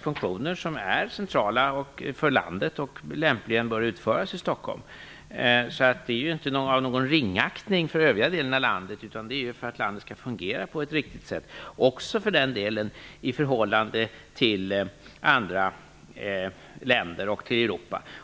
funktioner som är centrala för landet och som lämpligen bör utföras i Stockholm. Det är alltså inte fråga om någon ringaktning för det övriga landet utan om att landet skall fungera på ett riktigt sätt, också för den delen i förhållande till andra länder och till Europa.